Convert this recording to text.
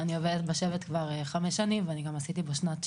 אני עובדת בשבט כבר חמש שנים ואני גם עשיתי פה שנת שירות.